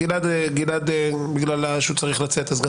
גלעד הציג את הדבר כי הוא צריך לצאת וגם